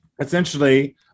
essentially